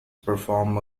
perform